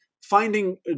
finding